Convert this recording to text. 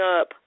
up